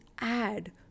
add